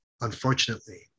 unfortunately